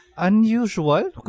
Unusual